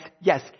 yes